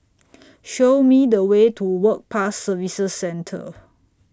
Show Me The Way to Work Pass Services Centre